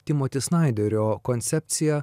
timo tisnaiderio koncepciją